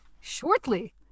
shortly